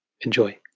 Enjoy